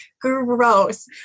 gross